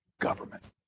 government